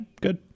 good